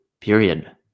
period